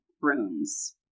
runes